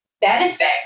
benefit